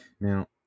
now